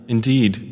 Indeed